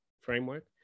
framework